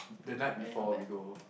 the night before we go